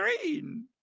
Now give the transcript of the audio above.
green